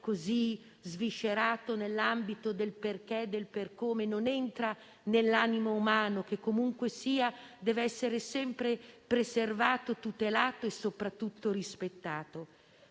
così sviscerato nell'ambito del perché e del per come, non entra nell'animo umano che, comunque sia, deve essere sempre preservato, tutelato e soprattutto rispettato.